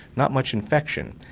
not much infection.